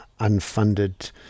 unfunded